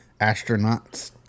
astronauts